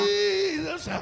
Jesus